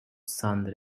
sundry